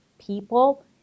people